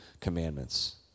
commandments